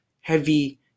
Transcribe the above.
heavy